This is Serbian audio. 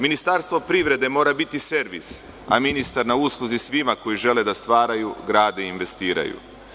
Ministarstvo privrede mora biti servis, a ministar na usluzi svima koji žele da stvaraju, grade i investiraju.